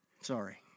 Sorry